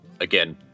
again